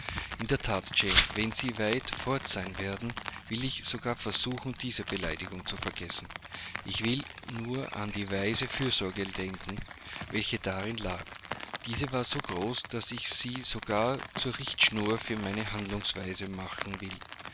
in der that jane wenn sie weit fort sein werden will ich sogar versuchen diese beleidigung zu vergessen ich will nur an die weise fürsorge denken welche darin lag diese war so groß daß ich sie sogar zur richtschnur für meine handlungsweise machen will